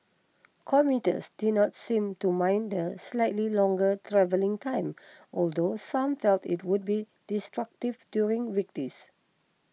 commuters did not seem to mind the slightly longer travelling time although some felt it would be disruptive during weekdays